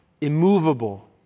immovable